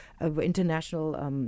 international